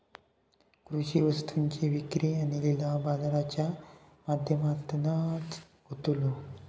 कृषि वस्तुंची विक्री आणि लिलाव बाजाराच्या माध्यमातनाच होतलो